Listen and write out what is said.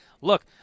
look